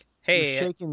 hey